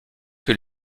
que